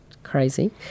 crazy